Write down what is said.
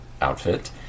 outfit